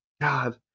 god